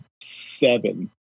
seven